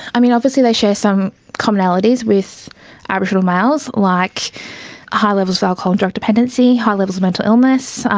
i mean, obviously they share some commonalities with aboriginal males, like high levels of alcohol and drug dependency, high levels of mental illness,